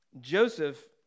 Joseph